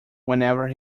whenever